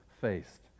faced